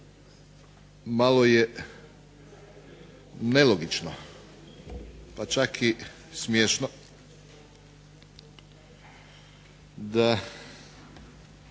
Malo je nelogično, pa čak i smiješno da